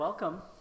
Welcome